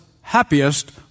happiest